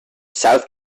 south